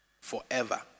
forever